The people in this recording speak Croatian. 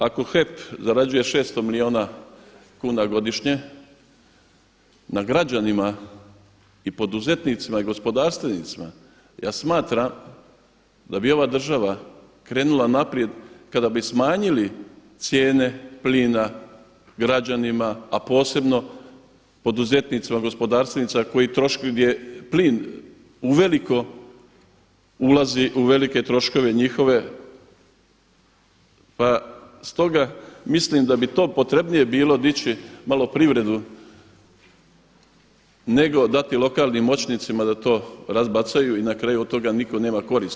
Ako HEP zarađuje 600 milijuna kuna godišnje na građanima i poduzetnicima i gospodarstvenicima ja smatram da bi ova država krenula naprijed kada bi smanjili cijene plina građanima, a posebno poduzetnicima gospodarstvenicima gdje plin uveliko ulazi u velike troškove njihove, pa stoga mislim da bi to potrebnije bilo dići malo privredu nego dati lokalnim moćnicima da to razbacaju i na kraju od toga nitko nema koristi.